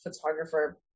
photographer